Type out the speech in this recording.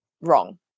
wrong